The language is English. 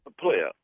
player